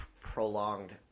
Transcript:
prolonged